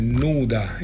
nuda